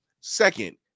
Second